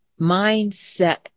mindset